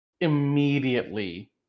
immediately